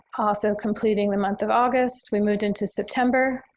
also completing the month of august, we moved into september,